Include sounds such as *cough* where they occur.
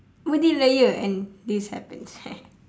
within a year and this happens *laughs*